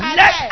let